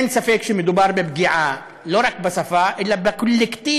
אין ספק שמדובר בפגיעה לא רק בשפה אלא בקולקטיב